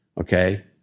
okay